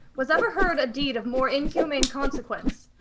was ever heard a deed of more inhumane consequence?